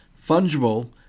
Fungible